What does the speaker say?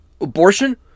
abortion